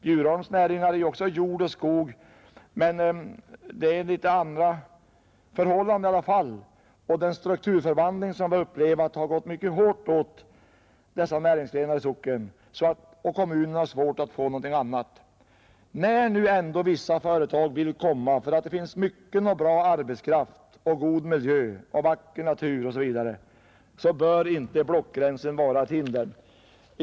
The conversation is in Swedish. Bjurholms näringar är också jord och skog, men det är litet andra förhållanden där i alla fall. Den strukturomvandling som vi har upplevt har gått mycket hårt åt dessa näringsgrenar i socknen. Kommunen har svårt att få några andra. När nu ändå vissa företag vill komma dit därför att det finns gott om bra arbetskraft där, god miljö, vacker natur osv. bör inte blockgränsen utgöra hinder.